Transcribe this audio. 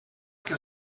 que